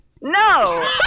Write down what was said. No